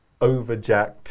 overjacked